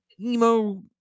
emo